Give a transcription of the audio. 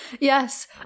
Yes